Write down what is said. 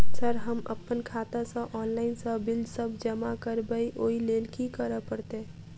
Sir हम अप्पन खाता सऽ ऑनलाइन सऽ बिल सब जमा करबैई ओई लैल की करऽ परतै?